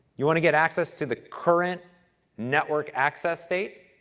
you want to get access to the current network access state?